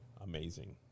amazing